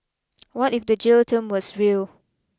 what if the jail term was real